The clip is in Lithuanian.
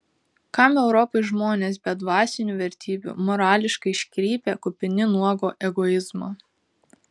kam europai žmonės be dvasinių vertybių morališkai iškrypę kupini nuogo egoizmo